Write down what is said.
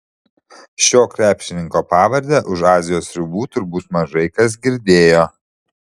šio krepšininko pavardę už azijos ribų turbūt mažai kas girdėjo